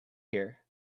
here